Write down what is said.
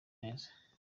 meza